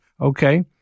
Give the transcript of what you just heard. okay